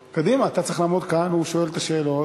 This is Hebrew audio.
קדימה, אתה צריך לעמוד כאן, והוא שואל את השאלות.